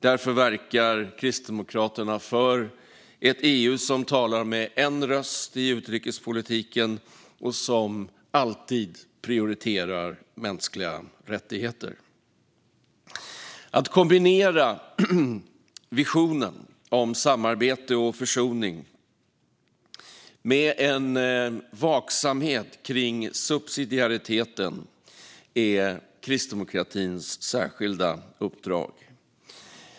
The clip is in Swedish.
Därför verkar Kristdemokraterna för ett EU som talar med en röst i utrikespolitiken och som alltid prioriterar mänskliga rättigheter. Att kombinera visionen om samarbete och försoning med en vaksamhet kring subsidiariteten är kristdemokratins särskilda uppdrag.